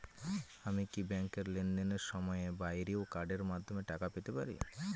আমি কি ব্যাংকের লেনদেনের সময়ের বাইরেও কার্ডের মাধ্যমে টাকা পেতে পারি?